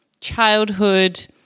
childhood –